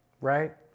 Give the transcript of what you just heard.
right